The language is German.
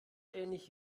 ähnlich